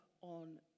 on